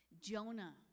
Jonah